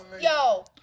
yo